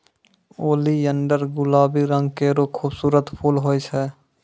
oleander गुलाबी रंग केरो खूबसूरत फूल होय छै